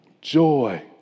joy